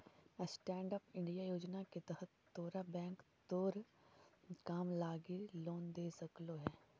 stand up India योजना के तहत तोरा बैंक तोर काम लागी लोन दे सकलो हे